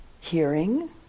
hearing